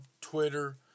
Twitter